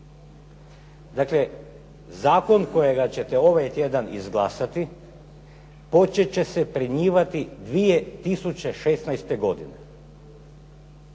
Dakle zakon kojega ćete ovaj tjedan izglasati početi će se primjenjivati 2016. godine.